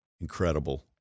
incredible